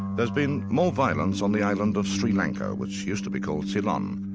there's been more violence on the island of sri lanka which used to be called ceylon.